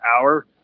hour